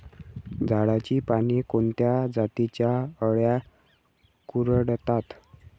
झाडाची पाने कोणत्या जातीच्या अळ्या कुरडतात?